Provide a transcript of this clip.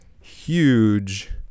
huge